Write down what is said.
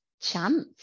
chance